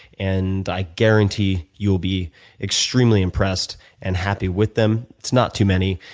and i guarantee you'll be extremely impressed and happy with them. it's not too many,